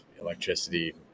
electricity